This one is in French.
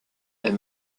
est